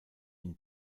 ihn